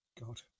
God